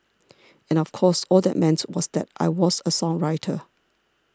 and of course all that meant was that I was a songwriter